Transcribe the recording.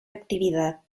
actividad